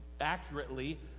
accurately